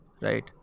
Right